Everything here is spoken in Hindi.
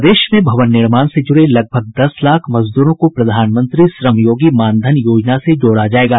प्रदेश में भवन निर्माण से जुड़े लगभग दस लाख मजदूरों को प्रधानमंत्री श्रमयोगी मानधन योजना से जोड़ा जायेगा